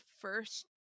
first